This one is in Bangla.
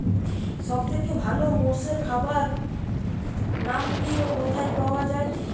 সব থেকে ভালো মোষের খাবার নাম কি ও কোথায় পাওয়া যায়?